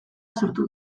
sortu